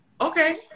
okay